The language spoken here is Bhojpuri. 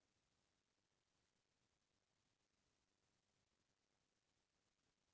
धान के तौल में कवन मानक के प्रयोग हो ला?